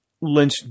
Lynch